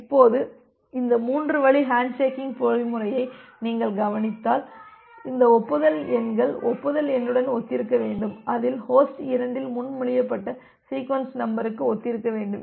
இப்போது இந்த மூன்று வழி ஹேண்ட்ஷேக்கிங் பொறிமுறையை நீங்கள் கவனித்தால் இந்த ஒப்புதல் எண்கள் ஒப்புதல் எண்ணுடன் ஒத்திருக்க வேண்டும் அதில் ஹோஸ்ட் 2 ஆல் முன்மொழியப்பட்ட சீக்வென்ஸ் நம்பருக்கு ஒத்திருக்க வேண்டும்